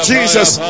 Jesus